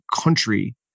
country